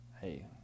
hey